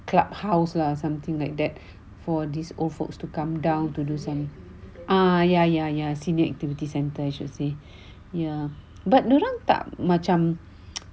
clubhouse lah something like that for these old folks to come down to do some are ya ya senior activity centre I should say ya but dia orang tak macam